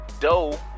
Doe